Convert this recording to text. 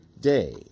day